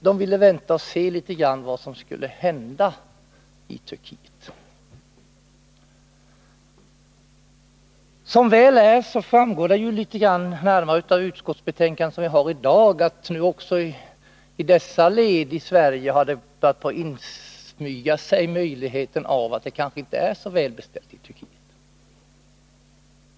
De ville vänta litet och se vad som skulle hända i Turkiet. Som väl är, och det framgår av det utskottsbetänkande vi behandlar i dag, har det också i dessa led i Sverige börjat insmyga sig en uppfattning om att det kanske inte är så välbeställt i Turkiet.